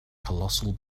colossal